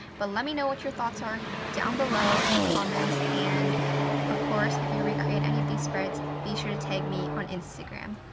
but let me know what your thoughts are down below in the comments, and of course if you recreate any of these spreads, be sure to tag me on instagram.